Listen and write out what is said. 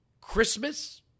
Christmas